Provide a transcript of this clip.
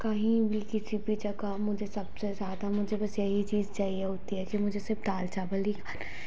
कहीं भी किसी भी जगह मुझे सबसे ज़्यादा मुझे बस यही चीज़ चाहिए होती है कि मुझे सिर्फ दाल चावल ही खाना है